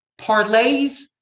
parlays